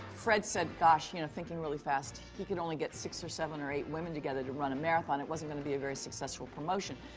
fred said, gosh, you know, thinking really fast. he could only get six or seven or eight women together to run a marathon. it wasn't gonna be a very successful promotion.